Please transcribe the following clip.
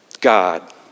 God